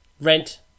Rent